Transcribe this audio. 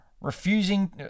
refusing